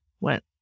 went